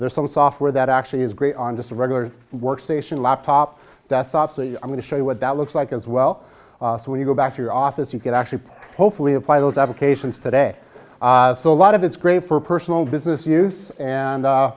there's some software that actually is great on just a regular workstation laptop desktop i'm going to show you what that looks like as well so when you go back to your office you can actually hopefully apply those applications today so a lot of it's great for personal business use and